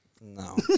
No